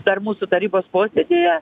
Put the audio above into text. dar mūsų tarybos posėdyje